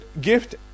gift